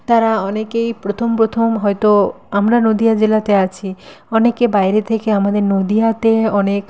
তারা অনেকেই প্রথম প্রথম হয়তো আমরা নদীয়া জেলাতে আছি অনেকে বাইরে থেকে আমাদের নদীয়াতে অনেক